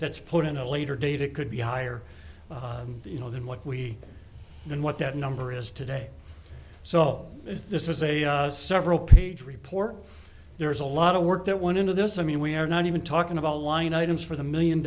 that's put in a later date it could be higher you know than what we do and what that number is today so is this is a several page report there is a lot of work that went into this i mean we are not even talking about line items for the million